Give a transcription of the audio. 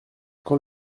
quand